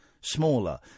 smaller